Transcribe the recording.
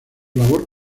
labor